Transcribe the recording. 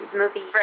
movie